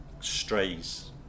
strays